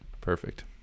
perfect